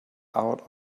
out